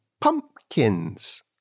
Pumpkins